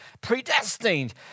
Predestined